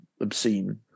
obscene